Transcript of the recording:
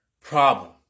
Problem